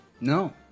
No